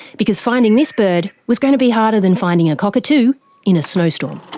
because finding this bird was going to be harder than finding a cockatoo in a snowstorm.